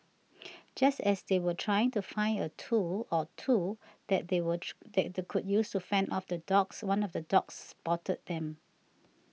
just as they were trying to find a tool or two that they watch that the could use to fend off the dogs one of the dogs spotted them